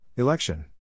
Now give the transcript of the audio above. Election